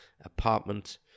apartment